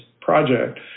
project